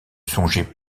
songeait